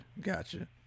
gotcha